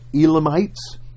Elamites